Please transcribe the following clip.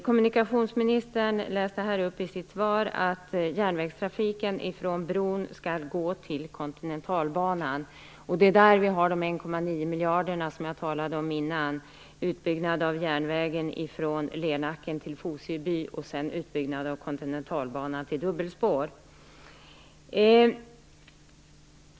Kommunikationsministern läste i sitt svar upp att järnvägstrafiken från bron skall gå till Kontinentalbanan. Det är där vi har de 1,9 miljarder i kostnader som jag talade om nyss. Det gäller utbyggnad av järnvägen från Lernacken till Fosie by och sedan utbyggnaden av Kontinentalbanan till dubbelspår.